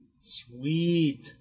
Sweet